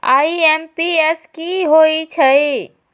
IMPS की होईछइ?